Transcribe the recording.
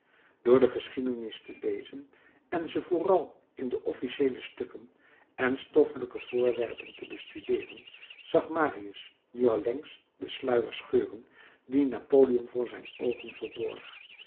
door de geschiedenis te lezen en ze vooral in de officiëele stukken en stoffelijke voorwerpen te bestudeeren zag marius nu allengs den sluier scheuren die napoleon voor zijn oogen verborg